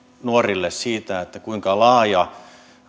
nuorille kuinka laaja